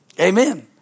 Amen